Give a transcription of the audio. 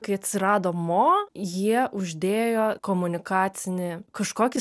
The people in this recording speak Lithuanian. kai atsirado mo jie uždėjo komunikacinį kažkokį